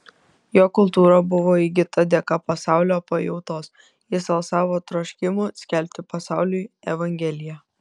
jo kultūra buvo įgyta dėka pasaulio pajautos jis alsavo troškimu skelbti pasauliui evangeliją